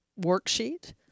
worksheet